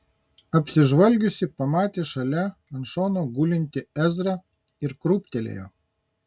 apsižvalgiusi pamatė šalia ant šono gulintį ezrą ir krūptelėjo